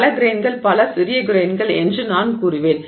பல கிரெய்ன்கள் பல சிறிய கிரெய்ன்கள் என்று நான் கூறுவேன்